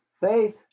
faith